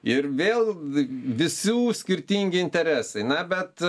ir vėl visų skirtingi interesai na bet